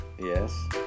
yes